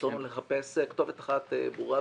הנטייה לחפש כתובת אחת ברורה,